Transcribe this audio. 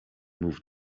moved